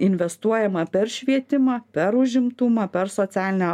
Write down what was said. investuojama per švietimą per užimtumą per socialinę